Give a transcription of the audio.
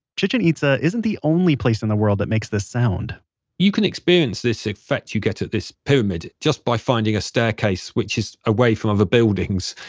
chichen itza isn't the only place in the world that makes this sound you can experience this effect you get at this pyramid just by finding a staircase which is away from other buildings,